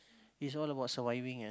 is all about surviving eh